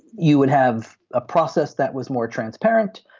you would have a process that was more transparent.